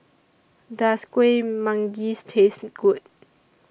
Does Kueh Manggis Taste Good